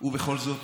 ובכל זאת,